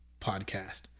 podcast